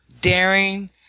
daring